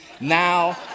now